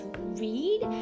read